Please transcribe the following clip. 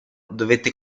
dovette